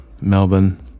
melbourne